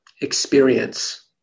experience